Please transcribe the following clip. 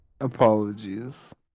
apologies